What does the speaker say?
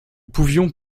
pouvions